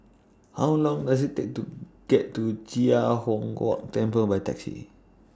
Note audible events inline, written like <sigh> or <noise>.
How Long Does IT Take to get to <unintelligible> Huang Kok Temple By Taxi